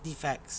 defects